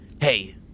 Hey